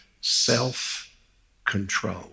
self-control